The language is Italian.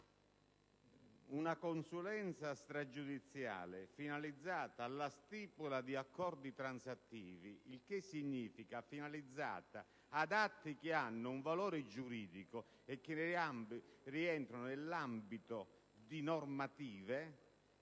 Una consulenza stragiudiziale finalizzata alla stipula di accordi transattivi - il che significa finalizzata ad atti che hanno un valore giuridico e che rientrano nell'ambito di normative